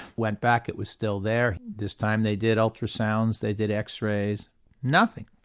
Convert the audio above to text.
went back, it was still there. this time they did ultrasounds, they did x-rays nothing.